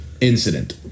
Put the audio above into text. incident